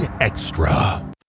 extra